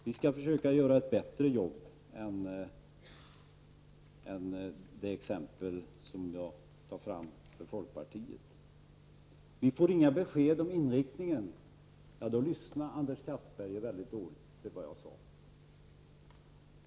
Vi skall försöka göra ett bättre jobb än det exempel visar som jag tog fram för folkpartiet. Vi får inga besked om inriktningen, sade Anders Castberger. Då lyssnade han mycket dåligt till vad jag sade.